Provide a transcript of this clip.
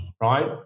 right